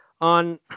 on